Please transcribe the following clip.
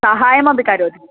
सहाय्यमपि करोति